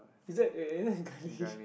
is that eh girly